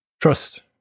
trust